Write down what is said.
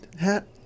hat